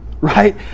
right